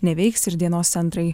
neveiks ir dienos centrai